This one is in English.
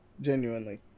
genuinely